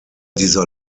dieser